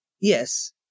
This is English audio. Yes